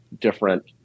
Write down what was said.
different